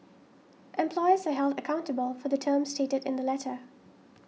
employers are held accountable for the terms stated in the letter